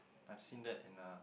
I've seen that in a